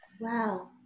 Wow